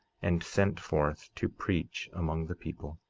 and sent forth to preach among the people.